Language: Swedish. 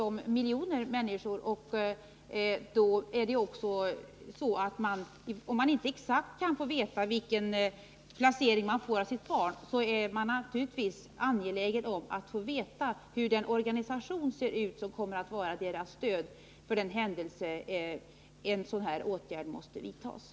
Är statsrådet beredd att vidta åtgärder för att säkerställa att seriösa kontorsserviceföretag inte tvingas upphöra med sin ambulerande service, innan ifrågavarande utredning hunnit slutföra sitt uppdrag och eventuellt föreslagna åtgärder i fråga om lagstiftning o. d. blivit vidtagna?